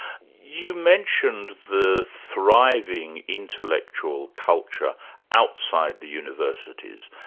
you mentioned the thriving intellectual culture outside the universities,